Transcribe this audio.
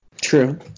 True